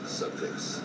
subjects